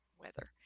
weather